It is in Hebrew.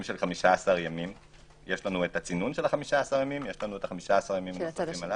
של 15 יש הצינון של ה-15 ימים ויש ה-15 ימים הללו,